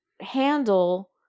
handle